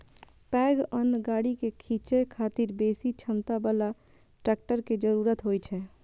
पैघ अन्न गाड़ी कें खींचै खातिर बेसी क्षमता बला ट्रैक्टर के जरूरत होइ छै